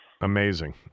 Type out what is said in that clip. Amazing